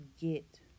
get